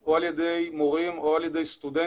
או על ידי מורים או על ידי סטודנטים,